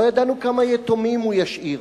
לא ידענו כמה יתומים הוא ישאיר.